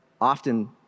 Often